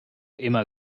immer